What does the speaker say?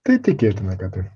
tai tikėtina kad taip